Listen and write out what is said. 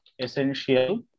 essential